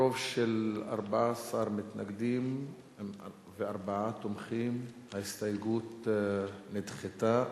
ברוב של 14 מתנגדים וארבעה תומכים ההסתייגות נדחתה.